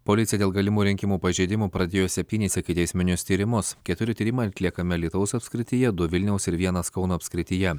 policija dėl galimų rinkimų pažeidimų pradėjo septynis ikiteisminius tyrimus keturi tyrimai atliekami alytaus apskrityje du vilniaus ir vienas kauno apskrityje